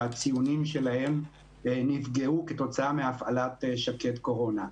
שהציונים שלהם נפגעו כתוצאה מהפעלת שקד קורונה.